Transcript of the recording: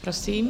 Prosím.